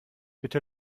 bitte